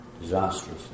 disastrous